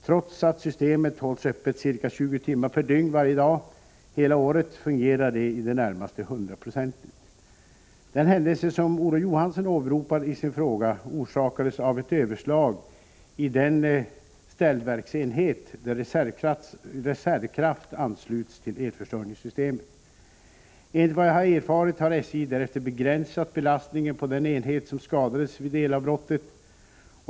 Trots att systemet hålls öppet ca 20 timmar per dygn varje dag hela året fungerar det i det närmaste hundraprocentigt. Den händelse som Olof Johansson åberopar i sin fråga orsakades av ett överslag i den ställverksenhet där reservkraft ansluts till elförsörjningssystemet. Enligt vad jag erfarit har SJ därefter begränsat belastningen på den enhet som skadades vid elavbrottet.